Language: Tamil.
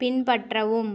பின்பற்றவும்